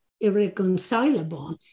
irreconcilable